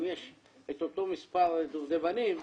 אם יש אותו מספר דובדבנים,